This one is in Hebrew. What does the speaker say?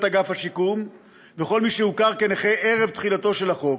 אגף השיקום וכל מי שהוכר כנכה ערב תחילתו של החוק.